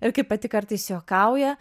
ir kaip pati kartais juokauja